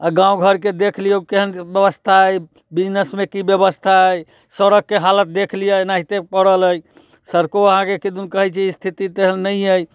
आ गाँव घरके देख लियौ केहन व्यवस्था अछि बिजनेसमे की व्यवस्था अछि सड़कके हालत देख लिअ एनाहिते पड़ल अछि सड़को अहाँके किदन कहै छै स्थिति तेहन नहि अछि